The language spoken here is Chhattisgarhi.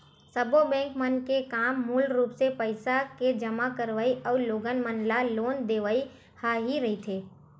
सब्बो बेंक मन के काम मूल रुप ले पइसा के जमा करवई अउ लोगन मन ल लोन देवई ह ही रहिथे